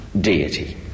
deity